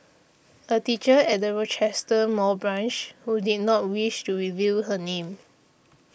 a teacher at the Rochester Mall branch who did not wish to reveal her name